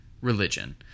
religion